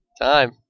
Time